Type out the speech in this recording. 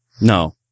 no